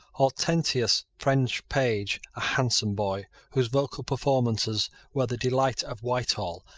hortensia's french page, a handsome boy, whose vocal performances were the delight of whitehall,